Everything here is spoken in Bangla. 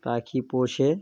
পাখি পোষে